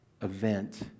event